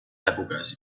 èpoques